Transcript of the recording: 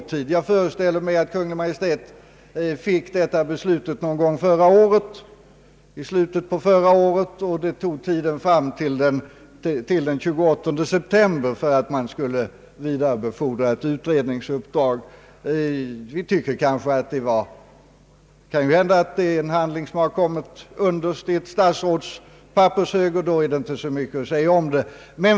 Jag föreställer mig att Kungl. Maj:t fick detta beslut i slutet på förra året, men Kungl. Maj:t tog lång tid på sig. Inte förrän den 28 september vidarebefordrades kyrkomötesbeslutet till en utredning. Det är möjligt att denna handling kommit längst ned i ett statsråds pappershög, och då är väl inte mycket att säga om dröjsmålet.